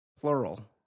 plural